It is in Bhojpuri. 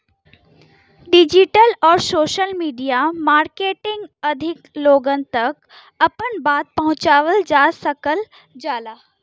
डिजिटल आउर सोशल मीडिया मार्केटिंग अधिक लोगन तक आपन बात पहुंचावल जा सकल जाला